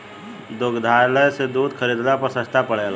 दुग्धालय से दूध खरीदला पर सस्ता पड़ेला?